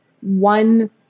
one